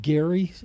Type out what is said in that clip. Gary